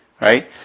right